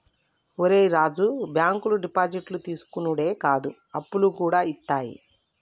ఒరే రాజూ, బాంకులు డిపాజిట్లు తీసుకునుడే కాదు, అప్పులుగూడ ఇత్తయి